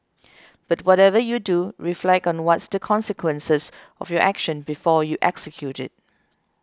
but whatever you do reflect on what's the consequences of your action before you execute it